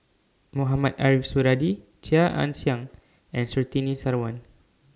Mohamed Ariff Suradi Chia Ann Siang and Surtini Sarwan